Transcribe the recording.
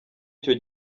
icyo